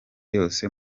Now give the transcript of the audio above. yose